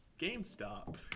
GameStop